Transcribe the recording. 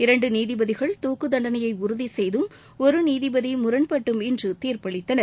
இரண்டு நீதிபதிகள் தூக்குத்தண்டனையை உறுதி செய்தும் ஒரு நீதிபதி முரண்பட்டும் இன்று தீர்ப்பளித்தனர்